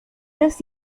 las